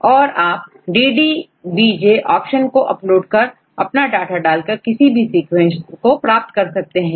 और आप DDBJ option को अपलोड कर अपना डाटा डालकर किसी भी सीक्वेंस को प्राप्त कर सकते हो